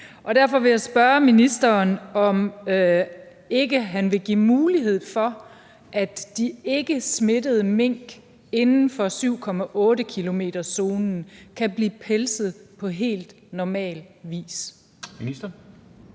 og derfor vil jeg spørge ministeren, om ikke han vil give mulighed for, at de ikkesmittede mink inden for 7,8-kilometerszonen kan blive pelset på helt normal vis. Kl.